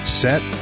set